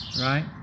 Right